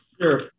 Sure